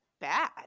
bad